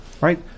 Right